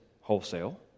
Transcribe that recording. wholesale